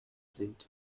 sind